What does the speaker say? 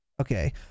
Okay